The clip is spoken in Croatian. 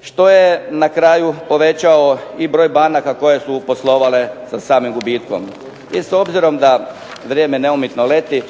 Što je na kraju povećao i broj banaka koje su poslovale sa samim gubitkom. I s obzirom da vrijeme neumitno leti